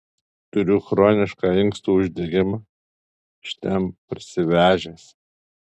turiu chronišką inkstų uždegimą iš ten parsivežęs